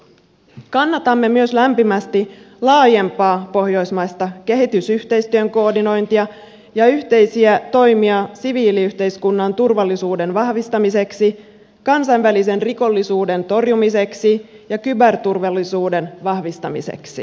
kannatamme myös lämpimästi laajempaa pohjoismaista kehitysyhteistyön koordinointia ja yhteisiä toimia siviiliyhteiskunnan turvallisuuden vahvistamiseksi kansainvälisen rikollisuuden torjumiseksi ja kyberturvallisuuden vahvistamiseksi